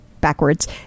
backwards